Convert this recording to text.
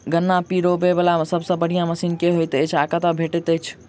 गन्ना पिरोबै वला सबसँ बढ़िया मशीन केँ होइत अछि आ कतह भेटति अछि?